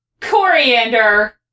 Coriander